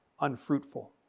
unfruitful